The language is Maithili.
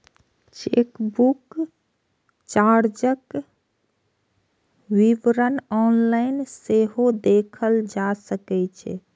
चेकबुक चार्जक विवरण ऑनलाइन सेहो देखल जा सकै छै